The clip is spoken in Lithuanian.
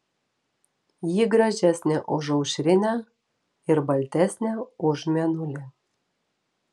ji gražesnė už aušrinę ir baltesnė už mėnulį